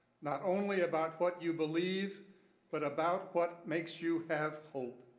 not only about what you believe but about what makes you have hope.